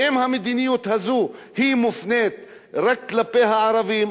ואם המדיניות הזאת מופנית רק כלפי הערבים,